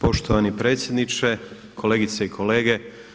Poštovani predsjedniče, kolegice i kolege.